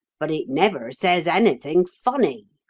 but it never says anything funny